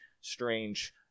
strange